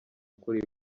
kuri